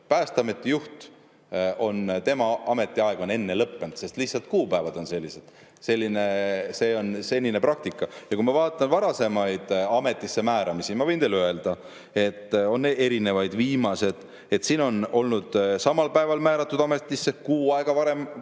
Päästeameti juhi ametiaeg on enne lõppenud, sest lihtsalt kuupäevad on sellised. See on senine praktika. Ja kui ma vaatan varasemaid ametisse määramisi, siis ma võin teile öelda, et on erinevaid. Viimased: siin on olnud samal päeval määratud ametisse, kuu aega varem ametisse,